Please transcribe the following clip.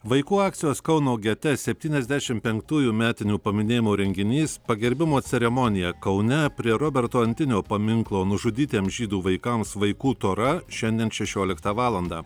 vaikų akcijos kauno gete septyniasdešim penktųjų metinių paminėjimo renginys pagerbimo ceremonija kaune prie roberto antinio paminklo nužudytiems žydų vaikams vaikų tora šiandien šešioliktą valandą